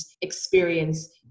experience